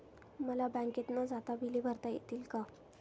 मला बँकेत न जाता बिले भरता येतील का?